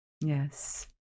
yes